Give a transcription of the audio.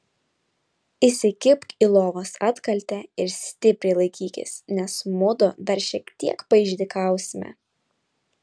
įsikibk į lovos atkaltę ir stipriai laikykis nes mudu dar šiek tiek paišdykausime